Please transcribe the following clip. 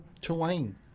Tulane